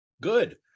Good